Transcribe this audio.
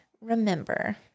remember